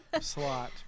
slot